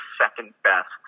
second-best